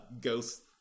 Ghost